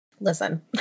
Listen